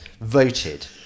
voted